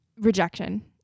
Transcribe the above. rejection